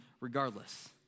regardless